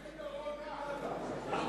הכי גרוע זה מלמטה.